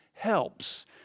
helps